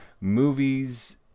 movies